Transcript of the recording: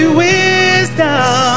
wisdom